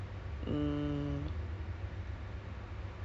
doesn't go there ya it's too far away from my house